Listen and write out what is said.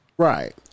Right